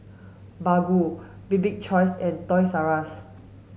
Baggu Bibik's choice and Toys R Us